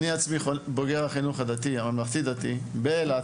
אני עצמי בוגר החינוך הממלכתי-דתי באילת,